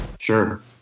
Sure